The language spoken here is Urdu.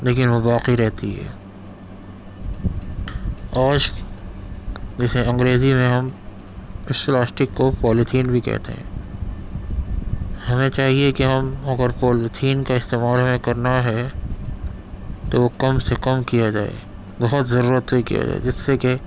لیکن وہ باقی رہتی ہے آج جسے انگریزی میں ہم اس پلاسٹک کو پالیتھین بھی کہتے ہیں ہمیں چاہیے کہ ہم اگر پالیتھین کا استعمال ہمیں کرنا ہے تو وہ کم سے کم کیا جائے بہت ضرورت پہ کیا جائے جس سے کہ